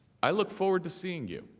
i look forward to seeing you.